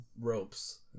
ropes